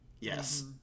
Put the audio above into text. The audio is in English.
yes